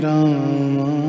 Rama